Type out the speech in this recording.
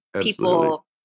people